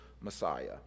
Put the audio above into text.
Messiah